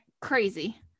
crazy